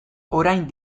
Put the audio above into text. orain